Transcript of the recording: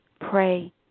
Pray